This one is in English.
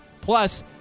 Plus